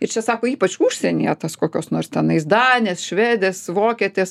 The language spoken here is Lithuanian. ir čia sako ypač užsienyje tas kokios nors tenais danės švedės vokietės